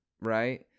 right